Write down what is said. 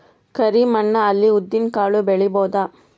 ಕರಿ ಮಣ್ಣ ಅಲ್ಲಿ ಉದ್ದಿನ್ ಕಾಳು ಬೆಳಿಬೋದ?